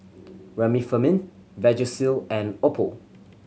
Remifemin Vagisil and Oppo